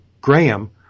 Graham